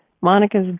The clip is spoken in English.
Monica's